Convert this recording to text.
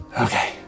Okay